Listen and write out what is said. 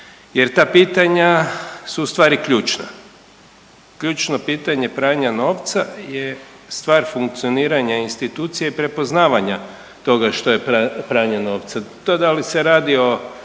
jer ta pitanja su ustvari ključna. Ključno pitanje pranja novca je stvar funkcioniranja institucije prepoznavanja toga što je pranje novca. To da li se radi o